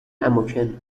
اماکن